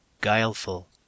Guileful